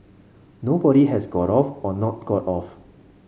nobody has got off or not got off